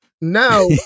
Now